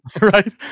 Right